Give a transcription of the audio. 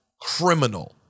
criminal